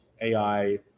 AI